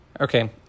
Okay